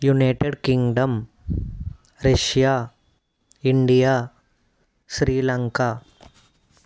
United Kingdom Russia India Sri Lanka